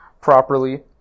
properly